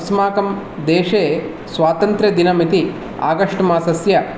अस्माकं देशे स्वातन्त्र्यदिनमिति आगस्ट् मासस्य